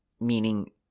Meaning